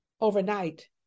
overnight